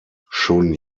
schon